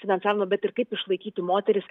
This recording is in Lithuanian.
finansavimą bet ir kaip išlaikyti moteris